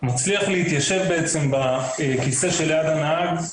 מצליח להתיישב בעצם בכיסא שליד הנהג,